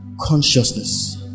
Consciousness